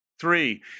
Three